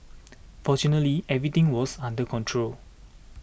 fortunately everything was under control